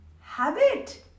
habit